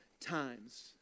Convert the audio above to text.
times